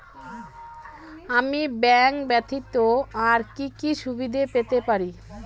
আমি ব্যাংক ব্যথিত আর কি কি সুবিধে পেতে পারি?